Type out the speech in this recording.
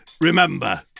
Remember